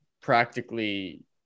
practically